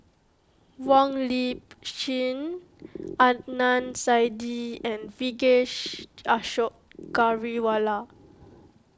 Wong Lip Chin Adnan Saidi and Vijesh Ashok Ghariwala